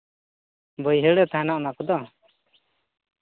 ᱵᱟᱹᱭᱦᱟᱹᱲ ᱨᱮ ᱛᱟᱦᱮᱱᱟ ᱚᱱᱟ ᱠᱚᱫᱚ